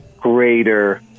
greater